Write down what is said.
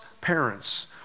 parents